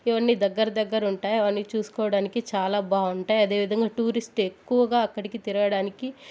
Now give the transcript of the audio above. ఇవన్నీ దగ్గర దగ్గర ఉంటాయి అవన్నీ చూసుకోవడానికి చాలా బాగుంటాయి అదే విధంగా టూరిస్ట్ ఎక్కువగా అక్కడికి తిరగడానికి